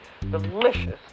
delicious